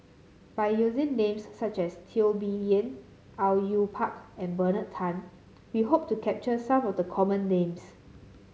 by using names such as Teo Bee Yen Au Yue Pak and Bernard Tan we hope to capture some of the common names